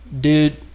dude